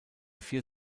vier